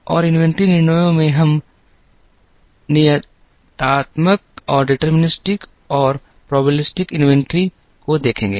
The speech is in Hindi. और इन्वेंट्री निर्णयों में हम नियतात्मक और संभाव्य इन्वेंट्री मॉडल को देखेंगे